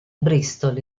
bristol